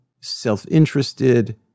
self-interested